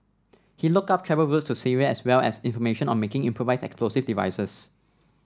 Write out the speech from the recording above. he looked up travel routes to Syria as well as information on making improvised explosive devices